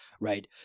right